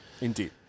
Indeed